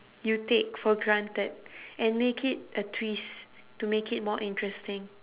you take for granted and make it a twist to make it more interesting